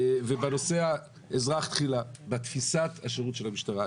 בנושא האזרח תחילה, בתפיסת השירות של המשטרה.